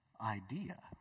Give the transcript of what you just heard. idea